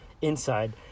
inside